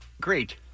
great